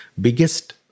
biggest